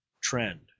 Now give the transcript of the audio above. trend